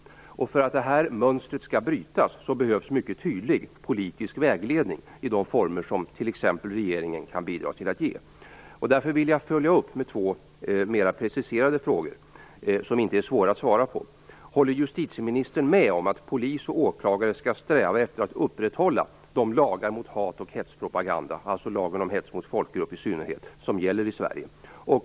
För att mönstret skall brytas behövs mycket tydlig politisk vägledning i de former som exempelvis regeringen kan bidra till. Jag vill därför följa upp med två mer preciserade frågor: Håller justitieministern med om att polis och åklagare skall sträva efter att upprätthålla de lagar mot hat och hetspropaganda, alltså lagen om hets mot folkgrupp i synnerhet, som gäller i Sverige?